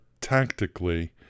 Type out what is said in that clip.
tactically